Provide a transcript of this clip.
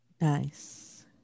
Nice